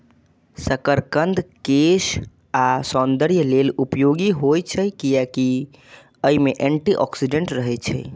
शकरकंद केश आ सौंदर्य लेल उपयोगी होइ छै, कियैकि अय मे एंटी ऑक्सीडेंट रहै छै